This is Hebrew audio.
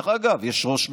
דרך אגב, יש ראש ממשלה,